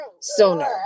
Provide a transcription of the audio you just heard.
sooner